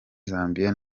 zambia